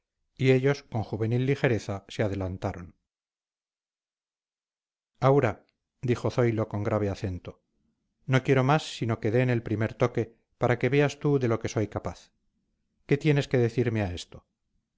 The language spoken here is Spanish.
y ellos con juvenil ligereza se adelantaron aura dijo zoilo con grave acento no quiero más sino que den el primer toque para que veas tú de lo que soy capaz qué tienes que decirme a esto